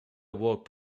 awoke